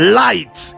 light